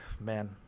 man